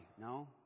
No